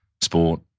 Sport